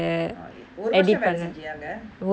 eh ஒரு வர்ஷம் வேல செஞ்சியா அங்க:oru varsham vela senjiyaa anga